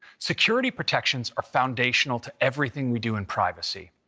security protections are foundational to everything we do in privacy.